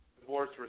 divorce